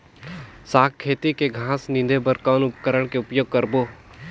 साग खेती के घास निंदे बर कौन उपकरण के उपयोग करबो?